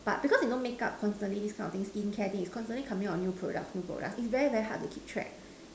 but because you know makeup constantly this kind of thing skin care thing is constantly coming up with new products new products it's very very hard to keep track